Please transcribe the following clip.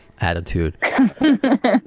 attitude